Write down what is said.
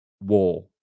war